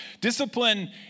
Discipline